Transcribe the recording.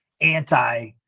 anti